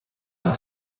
par